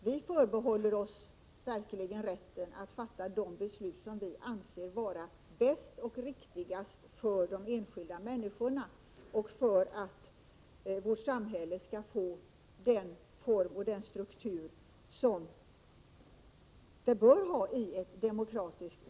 Vi förbehåller oss verkligen rätten att fatta de beslut som vi anser vara bäst och riktigast för de enskilda människorna och för att vårt samhälle skall få den form och den struktur som det bör ha i en demokrati.